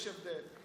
יש הבדל,